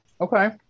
Okay